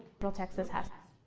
bill texas has